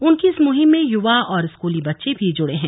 उनकी इस मुहिम में युवा और स्कूली बच्चे भी जुड़े हैं